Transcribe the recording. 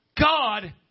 God